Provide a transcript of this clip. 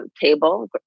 table